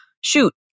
shoot